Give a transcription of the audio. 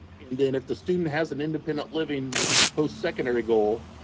and then if the student has an independent living postsecondary goal,